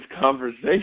conversation